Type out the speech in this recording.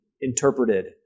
interpreted